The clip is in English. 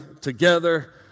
together